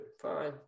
fine